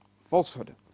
falsehood